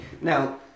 Now